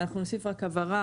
אנחנו נוסיף רק הבהרה